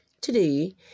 Today